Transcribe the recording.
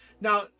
Now